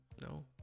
No